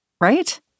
right